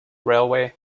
railway